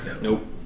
Nope